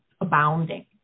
abounding